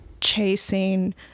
chasing